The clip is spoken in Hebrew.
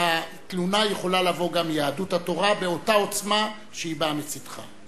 התלונה יכולה לבוא גם מיהדות התורה באותה עוצמה שהיא באה מצדך.